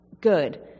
good